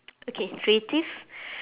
okay creative